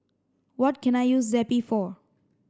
what can I use Zappy for